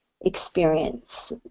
experience